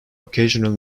occasional